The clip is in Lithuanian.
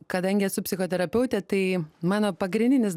kadangi esu psichoterapeutė tai mano pagrindinis